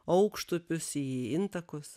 aukštupius į intakus